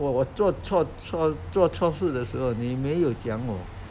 我我做错错做错事的时候你没有讲我